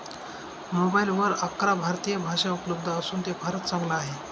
मोबाईलवर अकरा भारतीय भाषा उपलब्ध असून हे फारच चांगल आहे